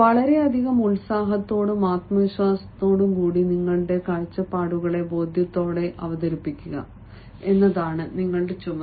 വളരെയധികം ഉത്സാഹത്തോടും ആത്മവിശ്വാസത്തോടും കൂടി നിങ്ങളുടെ കാഴ്ചപ്പാടുകളെ ബോധ്യത്തോടെ അവതരിപ്പിക്കുക എന്നതാണ് നിങ്ങളുടെ ചുമതല